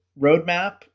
roadmap